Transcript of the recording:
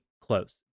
close